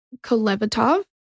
Kolevatov